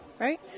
right